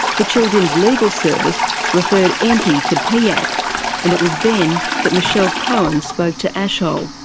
the children's legal service referred einpwy to piac and it was then that michelle cohen spoke to ashol.